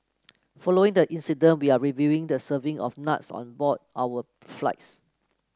following the incident we are reviewing the serving of nuts on board our flights